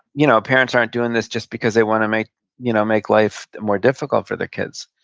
you know parents aren't doing this just because they want to make you know make life more difficult for their kids.